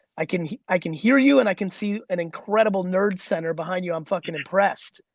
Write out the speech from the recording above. i can i can hear you and i can see an incredible nerd center behind you, i'm fuckin' impressed.